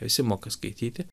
visi moka skaityti